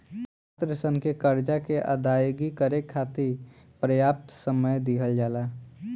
छात्रसन के करजा के अदायगी करे खाति परयाप्त समय दिहल जाला